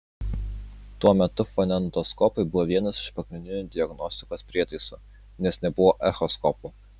tuo metu fonendoskopai buvo vienas iš pagrindinių diagnostikos prietaisų nes nebuvo echoskopų